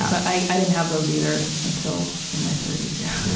i didn't have those either until in my thirties, yeah.